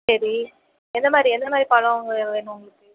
சரி எந்தமாதிரி எந்தமாதிரி பழம் வே வேணும் உங்களுக்கு